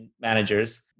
Managers